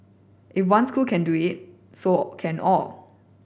if one school can do it so can all